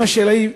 השאלה היא: